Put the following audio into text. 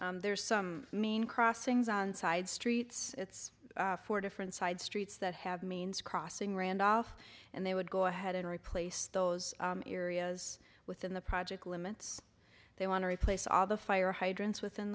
there there's some mean crossings on side streets it's four different side streets that have means crossing randolph and they would go ahead and replace those areas within the project limits they want to replace all the fire hydrants within